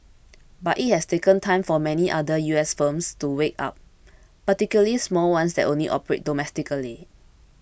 but it has taken time for many other U S firms to wake up particularly small ones that only operate domestically